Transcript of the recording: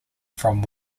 from